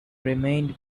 remained